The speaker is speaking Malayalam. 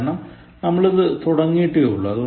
കാരണം നമ്മൾ ഇത് തുടങ്ങിയതേയുള്ളൂ